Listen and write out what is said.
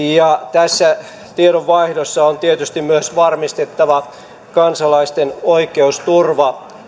tässä tiedonvaihdossa on tietysti myös tulevaisuudessa varmistettava kansalaisten oikeusturva